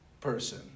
person